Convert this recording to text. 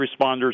responders